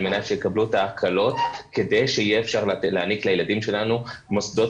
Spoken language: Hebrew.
מנת שיקבלו את ההקלות כדי שאפשר יהיה להעניק לילדים שלנו מוסדות